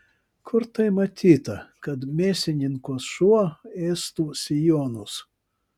kur tai matyta kad mėsininko šuo ėstų sijonus